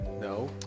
No